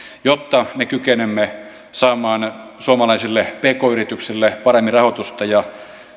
jotta me kykenemme saamaan suomalaisille pk yrityksille paremmin rahoitusta ja